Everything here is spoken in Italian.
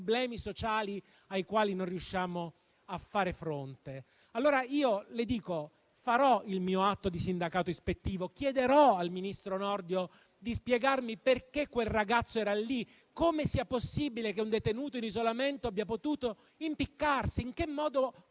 problemi sociali ai quali non riusciamo a fare fronte. Presenterò il mio atto di sindacato ispettivo, chiederò al ministro Nordio di spiegarmi perché quel ragazzo era lì, come sia possibile che un detenuto in isolamento abbia potuto impiccarsi, in che modo